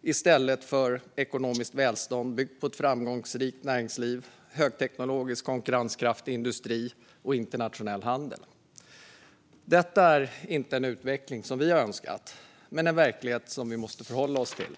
i stället för ekonomiskt välstånd byggt på ett framgångsrikt näringsliv, högteknologisk konkurrenskraftig industri och internationell handel. Detta är inte en utveckling som vi har önskat men en verklighet som vi måste förhålla oss till.